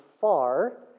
far